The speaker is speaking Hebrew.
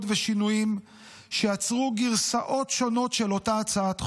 ושינויים שיצרו גרסאות שונות של אותה הצעת חוק.